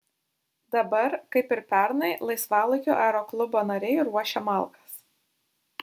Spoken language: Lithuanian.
dabar kaip ir pernai laisvalaikiu aeroklubo nariai ruošia malkas